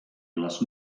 les